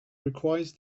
requires